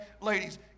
Ladies